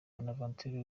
bonaventure